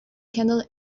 kendal